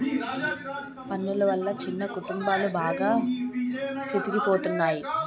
పన్నులు వల్ల చిన్న కుటుంబాలు బాగా సితికిపోతున్నాయి